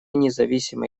независимы